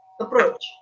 Approach